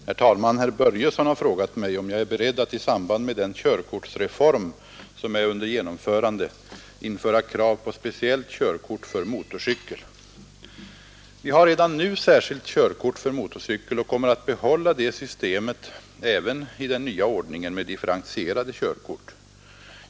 Herr talman! Herr Börjesson i Falköping har frågat mig om jag är beredd att i samband med den körkortsreform som är under genomförande införa krav på speciellt körkort för motorcykel. 73 Vi har redan nu särskilt körkort för motorcykel och kommer att behålla det systemet även i den nya ordningen med differentierade körkort.